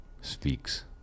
Speaks